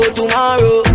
tomorrow